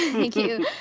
thank you,